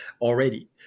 already